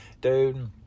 dude